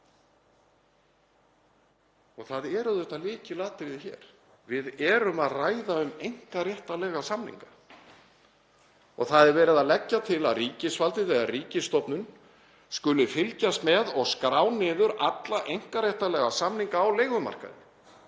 — það er auðvitað lykilatriði hér. Við erum að ræða um einkaréttarlega samninga. Það er verið að leggja til að ríkisvaldið eða ríkisstofnun skuli fylgjast með og skrá niður alla einkaréttarlega samninga á leigumarkaðnum